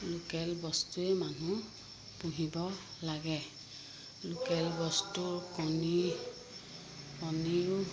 local বস্তুৱে মানুহ পুহিব লাগে লোকেল বস্তুৰ কণী কণীৰো